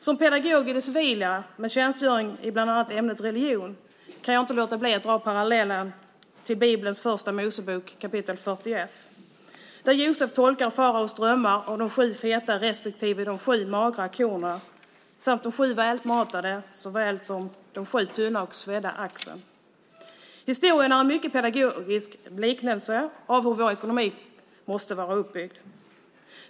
Som pedagog i det civila med tjänstgöring i bland annat ämnet religion kan jag inte låta bli att dra parallellen till Bibelns Första Mosebok, kap. 41, där Josef tolkar Faraos drömmar om de sju feta respektive de sju magra korna samt de sju välmatade såväl som de sju tunna och svedda axen. Historien är en mycket pedagogisk liknelse av hur vår ekonomi måste vara uppbyggd.